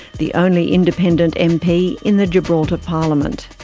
the only independent mp in the gibraltar parliament.